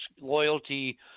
loyalty